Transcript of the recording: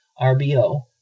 rbo